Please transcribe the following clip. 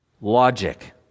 logic